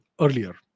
earlier